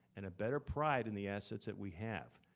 and a better pride in the assets that we have.